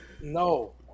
No